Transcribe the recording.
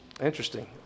Interesting